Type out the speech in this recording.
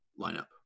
lineup